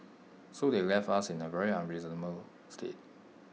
so they left us in A very unreasonable state